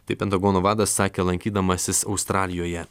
tai pentagono vadas sakė lankydamasis australijoje